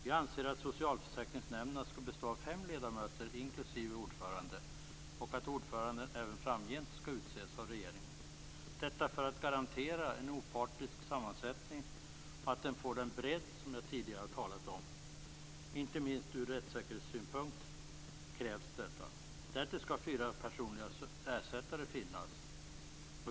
Vi anser att socialförsäkringsnämnderna skall bestå av fem ledamöter inklusive ordförande och att ordföranden även framgent skall utses av regeringen, detta för att garantera en opartisk sammansättning och att den får den bredd som jag tidigare har talat om. Detta krävs inte minst ur rättssäkerhetssynpunkt. Därtill skall fyra personliga ersättare finnas.